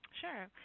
Sure